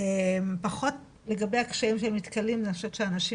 פחות לגבי הקשיים שהם נתקלים - אני חושבת שאנשים